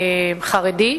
החרדי,